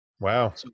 Wow